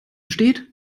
steht